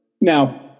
Now